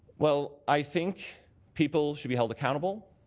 well, i think people should be held accountable.